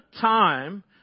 time